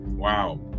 Wow